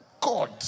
God